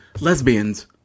lesbians